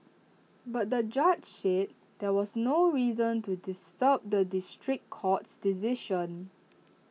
but the judge said there was no reason to disturb the district court's decision